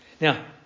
Now